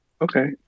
Okay